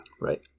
Right